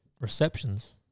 receptions